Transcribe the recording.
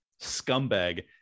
scumbag